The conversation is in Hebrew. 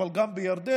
אבל גם בירדן,